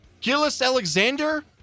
Gillis-Alexander